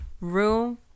room